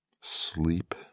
Sleep